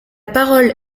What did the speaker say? parole